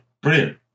Brilliant